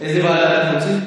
איזה ועדה אתם רוצים?